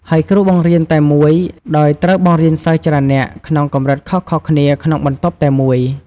ហើយគ្រូបង្រៀនតែមួយ ដោយត្រូវបង្រៀនសិស្សច្រើននាក់ ក្នុងកម្រិតខុសៗគ្នាក្នុងបន្ទប់តែមួយ។